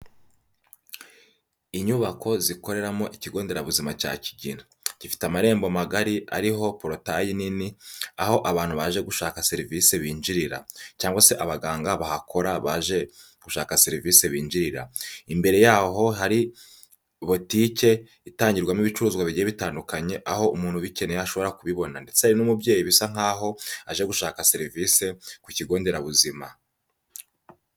Inyubako zikoreramo ikigo nderabuzima cya Kigina, gifite amarembo magari ariho porotayi nini, aho abantu baje gushaka serivisi binjirira cyangwa se abaganga bahakora baje gushaka serivisi binjirira, imbere yaho hari botike itangirwamo ibicuruzwa bigiye bitandukanye, aho umuntu ubikeneye ashobora kubibona, ndetse hari n'umubyeyi bisa nkaho aje gushaka serivisi ku kigo nderabuzima.